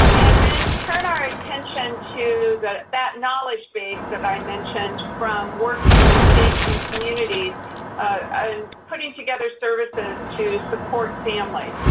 and then turn our attention to that that knowledge base that i mentioned from working with states and communities putting together services to support families.